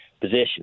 position